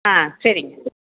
சரிங்க